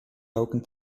augen